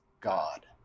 God